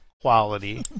quality